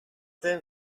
tym